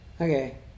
okay